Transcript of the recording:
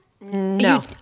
No